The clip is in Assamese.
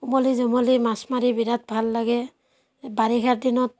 উমলি জামলি মাছ মাৰি বিৰাট ভাল লাগে বাৰিষাৰ দিনত